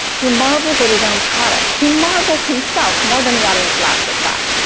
he marvels at his own product. he marvels himself more than the audience laughs or claps.